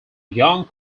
young